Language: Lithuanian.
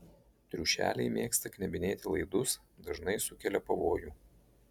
triušeliai mėgsta knebinėti laidus dažnai sukelia pavojų